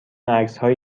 عکسهای